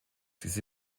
diese